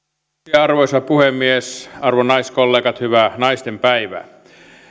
arvoisa puhemies arvon naiskollegat hyvää naistenpäivää